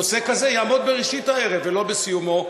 נושא כזה יעמוד בראשית הערב ולא בסיומו,